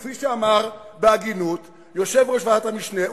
כפי שאמר בהגינות יושב-ראש ועדת המשנה,